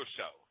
Show